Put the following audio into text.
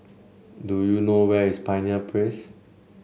do you know where is Pioneer Place